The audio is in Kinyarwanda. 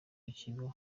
w’ikigo